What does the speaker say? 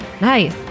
nice